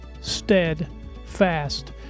steadfast